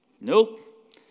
Nope